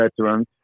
veterans